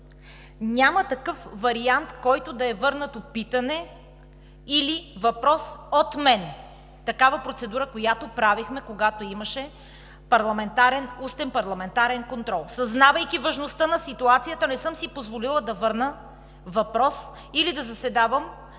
Няма такъв вариант, при който да е върнато питане или въпрос от мен – такава процедура, която правехме, когато имаше устен парламентарен контрол. Съзнавайки важността на ситуацията, не съм си позволила да върна въпрос или да заседавам